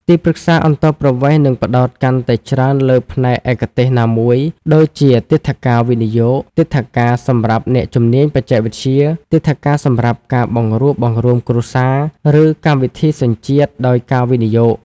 ទីប្រឹក្សាអន្តោប្រវេសន៍នឹងផ្តោតកាន់តែច្រើនលើផ្នែកឯកទេសណាមួយ ដូចជាទិដ្ឋាការវិនិយោគ ទិដ្ឋាការសម្រាប់អ្នកជំនាញបច្ចេកវិទ្យា ទិដ្ឋាការសម្រាប់ការបង្រួបបង្រួមគ្រួសារ ឬកម្មវិធីសញ្ជាតិដោយការវិនិយោគ។